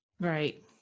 Right